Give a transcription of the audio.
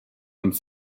und